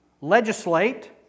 legislate